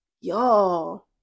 Y'all